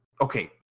okay